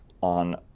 on